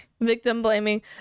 Victim-blaming